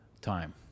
time